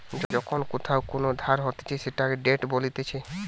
যখন কোথাও কোন ধার হতিছে সেটাকে ডেট বলতিছে